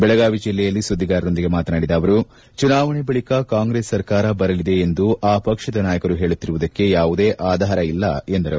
ಬೆಳಗಾವಿ ಜಿಲ್ಲೆಯಲ್ಲಿ ಸುದ್ದಿಗಾರರೊಂದಿಗೆ ಮಾತನಾಡಿದ ಅವರು ಚುನಾವಣೆ ಬಳಿಕ ಕಾಂಗ್ರೆಸ್ ಸರ್ಕಾರ ಬರಲಿದೆ ಎಂದು ಆ ಪಕ್ಷದ ನಾಯಕರು ಹೇಳುತ್ತಿರುವುದಕ್ಕೆ ಯಾವುದೇ ಆಧಾರ ಇಲ್ಲ ಎಂದರು